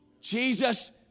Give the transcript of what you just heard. Jesus